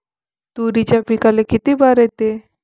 तुरीच्या पिकाले किती बार येते?